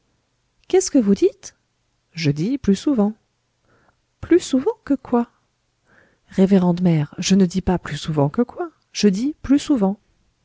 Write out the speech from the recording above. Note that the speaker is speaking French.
qu'est-ce que vous dites je dis plus souvent plus souvent que quoi révérende mère je ne dis pas plus souvent que quoi je dis plus souvent